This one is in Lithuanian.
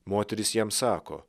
moterys jam sako